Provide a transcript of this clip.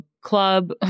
club